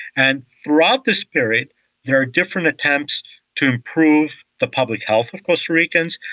and throughout this period there are different attempts to improve the public health of costa ricans.